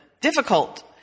difficult